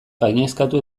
gainezkatu